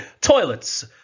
toilets